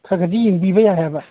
ꯈꯒꯗꯤ ꯌꯦꯡꯕꯤꯕ ꯌꯥꯏꯑꯕ